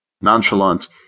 Nonchalant